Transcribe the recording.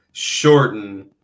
shorten